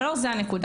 אבל לא זו הנקודה.